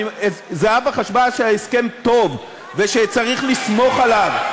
זהבה חשבה שההסכם טוב ושצריך לסמוך עליו.